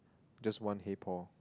just one hey Paul